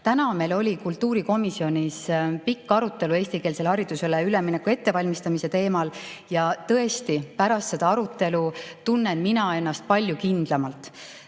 Täna meil oli kultuurikomisjonis pikk arutelu eestikeelsele haridusele ülemineku ettevalmistamise teemal ja tõesti, pärast seda arutelu tunnen mina ennast palju kindlamalt.